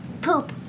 poop